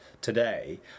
today